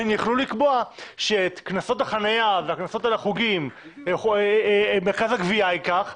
הן יוכלו לקבוע שאת קנסות החניה והקנסות על החוגים מרכז הגבייה ייקח,